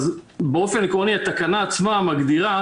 באופן עקרוני, התקנה עצמה מגדירה